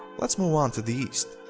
let's move on to the east.